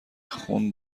خون